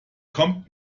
kommt